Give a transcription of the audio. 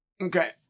Okay